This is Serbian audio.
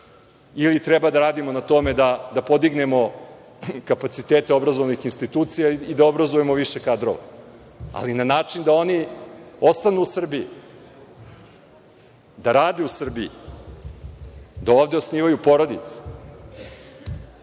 Ili treba da radimo na tome da podignemo kapacitete obrazovnih institucija i da obrazujemo više kadrova, ali na način da oni ostanu u Srbiji, da rade u Srbiji, da ovde osnivaju porodice.